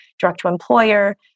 direct-to-employer